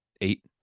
eight